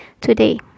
today